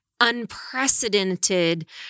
unprecedented